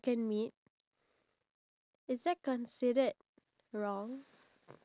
once I ever feed cook chicken to birds and they actually eat